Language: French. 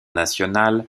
national